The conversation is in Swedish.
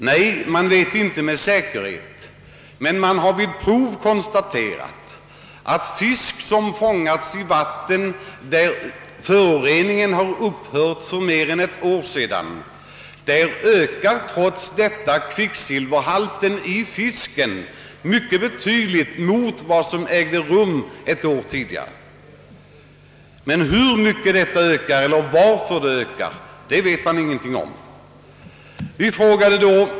Nej, det vet vi inte med säkerhet, men vid prov har det konstaterats, att hos fisk som fångats i vatten, i vilka föroreningen upphört för mer än ett år sedan, kvicksilverhalten är betydligt högre än för ett år sedan. Hur mycket och varför kvicksilverhalten ökat vet vi ingenting om.